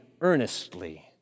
earnestly